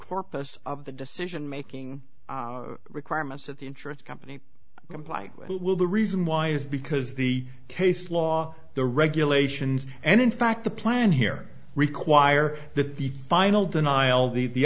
corpus of the decision making requirements of the insurance company comply with the reason why is because the case law the regulations and in fact the plan here require that the final denial the